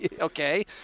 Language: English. Okay